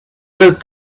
with